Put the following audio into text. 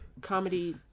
Comedy